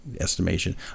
estimation